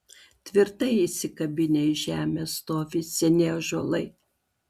tvirtai įsikabinę į žemę stovi seni ąžuolai